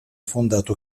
fondato